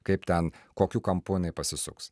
kaip ten kokiu kampu jinai pasisuks